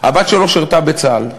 הבת שלו שירתה בצה"ל.